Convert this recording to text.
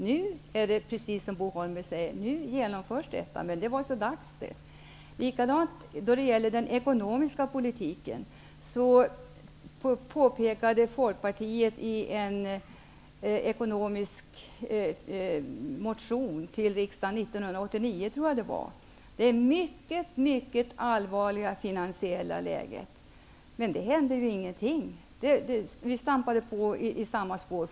Nu genomförs förändringarna, som Bo Holmberg säger, men det är så dags det! När det gäller den ekonomiska politiken påpekade Folkpartiet i en ekonomisk-politisk motion till riksdagen från 1989 det stora allvaret i det finansiella läget. Men det hände ingenting. Vi fortsatte att stampa på i samma spår.